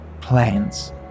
plans